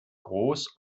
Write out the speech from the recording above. groß